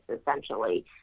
essentially